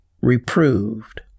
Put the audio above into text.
reproved